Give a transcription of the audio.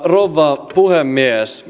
rouva puhemies